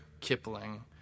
Kipling